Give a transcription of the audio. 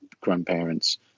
grandparents